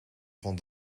van